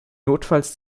notfalls